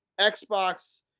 Xbox